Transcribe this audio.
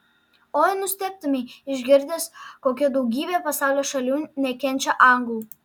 oi nustebtumei išgirdęs kokia daugybė pasaulio šalių nekenčia anglų